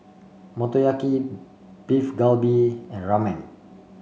Motoyaki Beef Galbi and Ramen